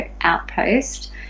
outpost